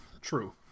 true